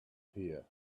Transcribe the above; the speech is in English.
here